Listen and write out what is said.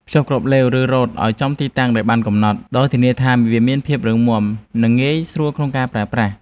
ភ្ជាប់គ្រាប់ឡេវ ឬរ៉ូតឱ្យចំទីតាំងដែលបានកំណត់ ដោយធានាថាវាមានភាពមាំ និងងាយស្រួលក្នុងការប្រើប្រាស់។